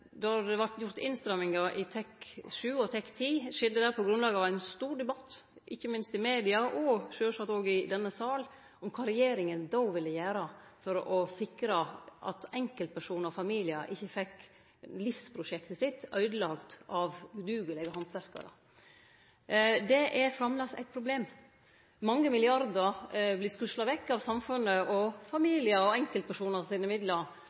Då det vart innstrammingar i TEK 7 og TEK 10, skjedde det på grunnlag av ein stor debatt, ikkje minst i media og sjølvsagt òg i denne salen, om kva regjeringa då ville gjere for å sikre at enkeltpersonar og familiar ikkje fekk livsprosjektet sitt øydelagt av udugelege handverkarar. Det er framleis eit problem. Mange milliardar vert skusla vekk av samfunnet, av familiar og enkeltpersonar sine midlar